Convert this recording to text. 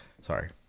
Sorry